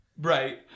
Right